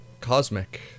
cosmic